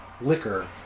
liquor